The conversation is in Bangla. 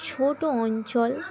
ছোটো অঞ্চল